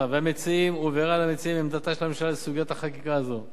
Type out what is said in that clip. והמציעים הובהרה למציעים עמדתה של הממשלה בסוגיית החקיקה הזאת.